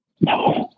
no